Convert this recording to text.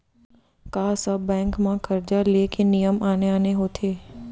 का सब बैंक म करजा ले के नियम आने आने होथे?